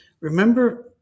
Remember